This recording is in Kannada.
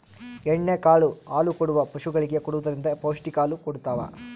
ಎಣ್ಣೆ ಕಾಳು ಹಾಲುಕೊಡುವ ಪಶುಗಳಿಗೆ ಕೊಡುವುದರಿಂದ ಪೌಷ್ಟಿಕ ಹಾಲು ಕೊಡತಾವ